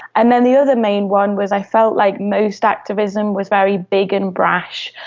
and then the other main one was i felt like most activism was very big and brash,